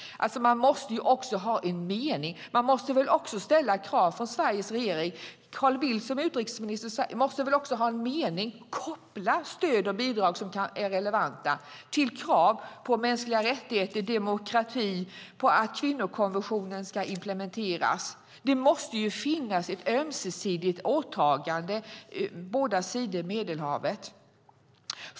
Det måste finnas en mening. Även Sveriges regering måste ställa krav. Utrikesminister Carl Bildt måste väl också ha en mening, att koppla relevanta stöd och bidrag till krav på mänskliga rättigheter, demokrati och att kvinnokonventionen ska implementeras. Det måste finnas ett ömsesidigt åtagande om båda sidor Medelhavet.